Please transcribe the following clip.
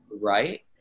Right